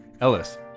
Ellis